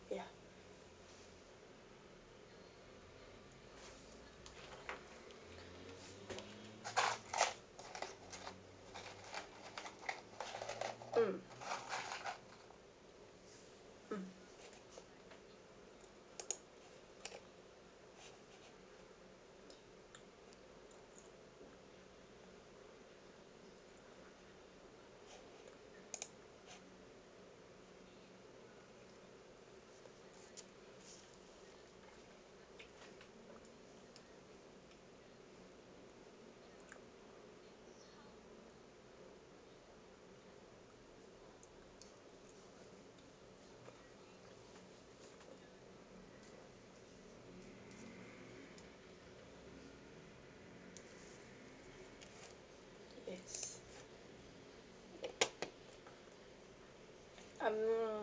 ya mm mm yes I'm